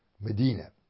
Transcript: Medina